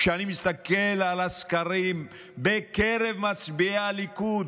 כשאני מסתכל על הסקרים בקרב מצביעי הליכוד,